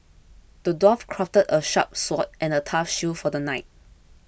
the dwarf crafted a sharp sword and a tough shield for the knight